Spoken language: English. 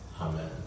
Amen